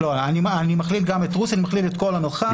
אני מכליל את כל המרחב.